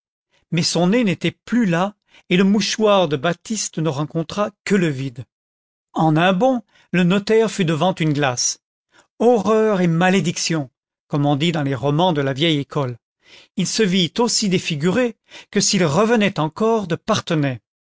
mais son nez n'était plus là et le mouchoir de batiste ne rencontra que le vide en un bond le notaire fut devant une glace horreur et malédiction comme on dit dans les romans de la vieille école il se vit aussi défiguré que s'il revenait encore de